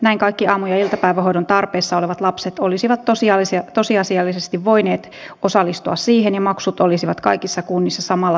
näin kaikki aamu ja iltapäivähoidon tarpeessa olevat lapset olisivat tosiasiallisesti voineet osallistua siihen ja maksut olisivat kaikissa kunnissa samalla tasolla